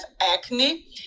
acne